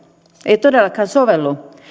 ei todellakaan sovellu